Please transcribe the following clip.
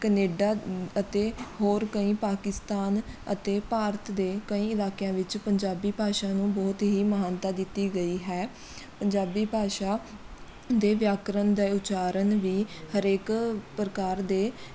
Canada ਅਤੇ ਹੋਰ ਕਈ ਪਾਕਿਸਤਾਨ ਅਤੇ ਭਾਰਤ ਦੇ ਕਈ ਇਲਾਕਿਆਂ ਵਿੱਚ ਪੰਜਾਬੀ ਭਾਸ਼ਾ ਨੂੰ ਬਹੁਤ ਹੀ ਮਹਾਨਤਾ ਦਿੱਤੀ ਗਈ ਹੈ ਪੰਜਾਬੀ ਭਾਸ਼ਾ ਦੇ ਵਿਆਕਰਨ ਦਾ ਉਚਾਰਨ ਵੀ ਹਰੇਕ ਪ੍ਰਕਾਰ ਦੇ